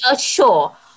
Sure